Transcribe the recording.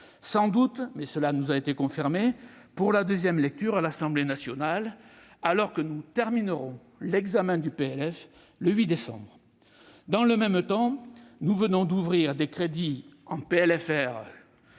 sans doute- mais cela nous a été confirmé -pour la nouvelle lecture à l'Assemblée nationale, alors que nous terminerons l'examen du PLF le 8 décembre. Dans le même temps, nous venons d'ouvrir des crédits en PLFR